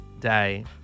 day